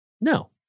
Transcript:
no